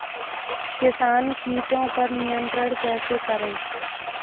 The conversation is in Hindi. किसान कीटो पर नियंत्रण कैसे करें?